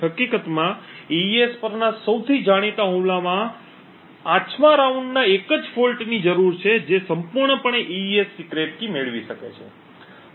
હકીકતમાં એઇએસ પરના સૌથી જાણીતા હુમલામાં 8 મી રાઉન્ડમાં એક જ ખામી ની જરૂર છે જે સંપૂર્ણપણે એઇએસ સિક્રેટ કી મેળવી શકે છે